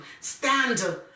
stand